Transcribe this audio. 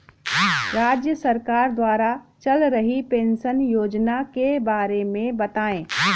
राज्य सरकार द्वारा चल रही पेंशन योजना के बारे में बताएँ?